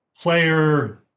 player